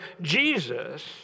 Jesus